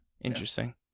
Interesting